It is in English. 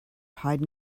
hide